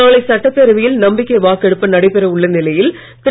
நாளை சட்டப்பேரவையில் நம்பிக்கை வாக்கெடுப்பு நடைபெற உள்ள நிலையில் திரு